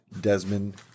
Desmond